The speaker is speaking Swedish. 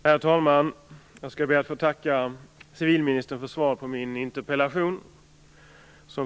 Herr talman! Jag skall be att få tacka civilministern för svaret på min interpellation.